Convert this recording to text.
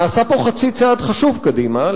נעשה פה חצי צעד חשוב קדימה,